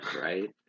right